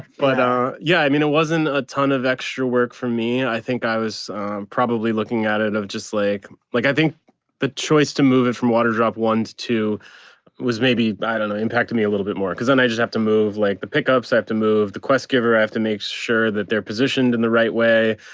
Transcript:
but yeah, i mean it wasn't a ton of extra work for me i think i was probably looking at it of just like like i think the choice to move it from water drop one to two was maybe i don't know impacted me a little bit more cuz then i just have to move like the pickup's i have to move the quest giver i have to make sure that they're positioned in the right way,